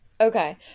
Okay